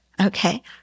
Okay